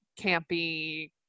campy